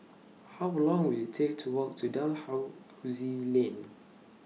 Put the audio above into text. How Long Will IT Take to Walk to Dalhousie Lane